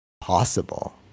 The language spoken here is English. possible